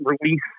release